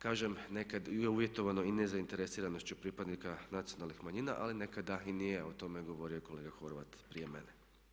Kažem nekad je uvjetovano i nezainteresiranošću pripadnika nacionalnih manjina ali nekada i nije, o tome je govorio i kolega Horvat prije mene.